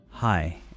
Hi